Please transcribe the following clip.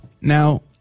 Now